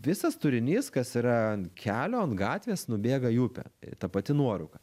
visas turinys kas yra ant kelio ant gatvės nubėga į upę ta pati nuorūka